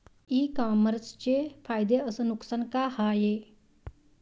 इ कामर्सचे फायदे अस नुकसान का हाये